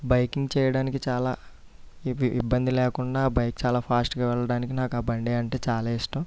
biking చేయడానికి చాలా ఇబ్బ ఇబ్బంది లేకుండా బైక్ చాలా ఫాస్ట్ గా వెళ్ళడానికి నాకు ఆ బండి అంటే చాలా ఇష్టం